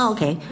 Okay